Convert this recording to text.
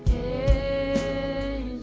a